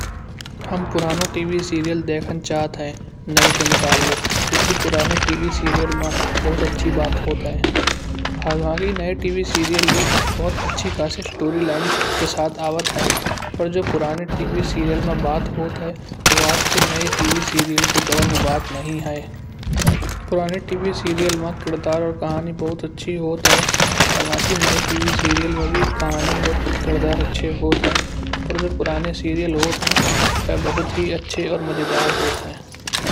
हम पुराने TV serial देखन चाहत हैं नऐ के मुकाबले। क्योंकि पुराने टीवी सीरियल मा बहुत अच्छे बात होयत हैं। हालांकि नऐ टीवी सीरियल भी बहुत अच्छे खासे स्टोरी लाइन के साथ आवत हैं। पर जो पुराने टीवी सीरियल में बात होयत हैं। वह आज के नऐ टीवी सीरियल के दौर में बात नहीं हैं। पुराने टीवी सीरियल मा किरदार और कहानी बहुत अच्छी होयत हैं। हालांकि नये टीवी सीरियल में भी कहानी और किरदार अच्छे होयत हैं। aur जो पुराने सीरियल होयत हैं। वह बहुत अच्छे और मजेदार होयत हैं।